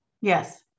yes